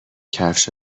کفش